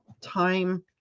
time